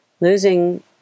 losing